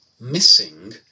Missing